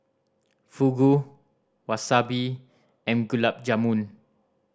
Fugu Wasabi and Gulab Jamun